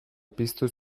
piztu